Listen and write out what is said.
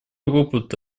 опыт